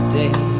day